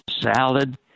salad